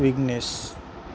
Vignesh